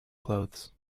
clothes